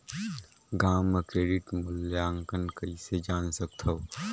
गांव म क्रेडिट मूल्यांकन कइसे जान सकथव?